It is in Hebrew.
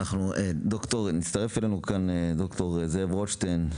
הצטרף אלינו פרופ' זאב רוטשטיין,